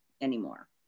anymore